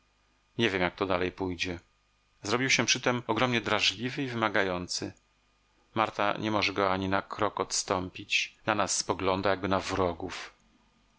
nie wiem jak to dalej pójdzie zrobił się przytem ogromnie drażliwy i wymagający marta nie może go ani na krok odstąpić na nas spogląda jakby na wrogów